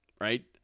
Right